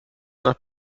nach